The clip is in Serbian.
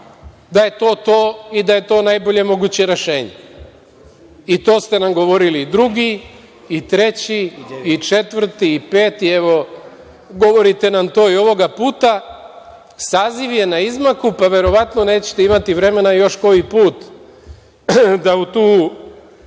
da je to to i da je to najbolje moguće rešenje. To ste nam govorili i drugi, i treći, i četvrti, i peti, evo govorite nam to i ovoga puta. Saziv je na izmaku, pa verovatno nećete imati vremena još koji put da u tu